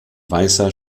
weißer